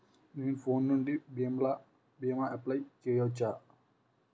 నేను ఫోన్ నుండి భీమా అప్లయ్ చేయవచ్చా?